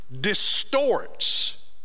distorts